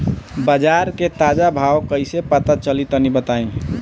बाजार के ताजा भाव कैसे पता चली तनी बताई?